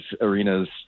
arenas